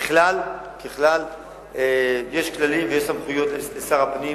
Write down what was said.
ככלל, יש כללים ויש סמכויות לשר הפנים